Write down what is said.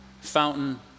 fountain